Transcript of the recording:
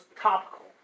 topical